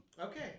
Okay